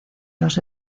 los